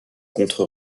contre